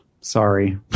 sorry